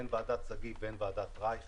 הן ועדת שגיא והן ועדת רייך.